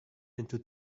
into